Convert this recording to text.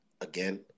again